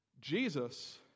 Jesus